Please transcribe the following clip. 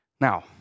Now